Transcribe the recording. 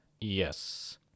Yes